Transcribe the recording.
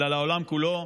אלא לעולם כולו.